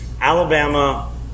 Alabama